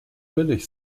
billig